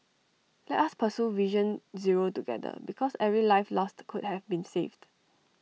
let us pursue vision zero together because every life lost could have been saved